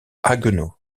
haguenau